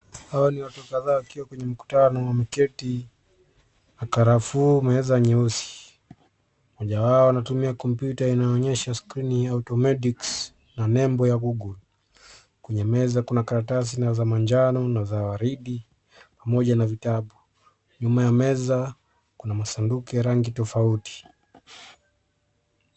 Hawa ni watu kadhaa wakiwa kwenye mkutano, wameketi na karafuu, meza nyeusi Mmoja wao anatumia kompyuta inayoonyesha skrini ya auto-medics na nembo ya Google. Kwenye meza kuna karatasi za manjano na za waridi pamoja na vitabu. Nyuma ya meza kuna masanduku ya rangi tofauti.